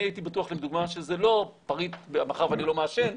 אני הייתי בטוח לדוגמה, מאחר שאני לא מעשן,